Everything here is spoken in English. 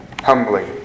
humbly